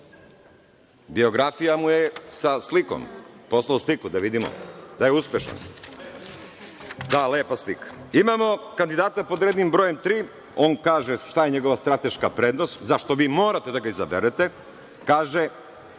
Biografija mu je sa slikom, poslao sliku da vidimo da je uspešan. Da, lepa slika. Imamo kandidata pod rednim brojem tri. On kaže šta je njegova strateška prednost, zašto vi morate da ga izaberete. Kaže